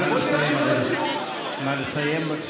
נא לסיים,